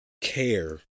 care